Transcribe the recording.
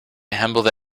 handle